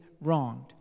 wronged